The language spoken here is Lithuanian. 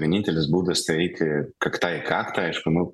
vienintelis būdas tai eiti kakta į kaktą aišku nu